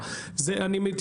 ברשותך, אני בכוונה מחדד את זה.